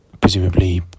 presumably